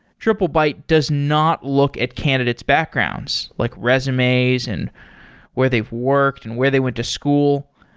triplebyte does not look at candidate's backgrounds, like resumes and where they've worked and where they went to school.